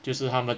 就是他们